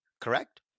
correct